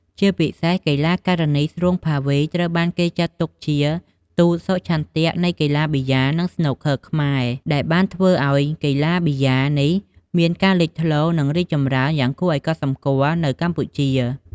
ជាពិសេសកីឡាការិនី ស្រួង ភាវី ត្រូវបានគេចាត់ទុកជាទូតសុឆន្ទៈនៃកីឡាប៊ីយ៉ា និងស្នូកឃ័រខ្មែរ ដែលបានធ្វើឲ្យកីឡាបាល់ប៊ីយ៉ាលនេះមានការលេចធ្លោ និងរីកចម្រើនយ៉ាងគួរឱ្យកត់សម្គាល់នៅ កម្ពុជា។